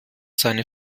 seine